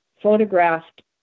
photographed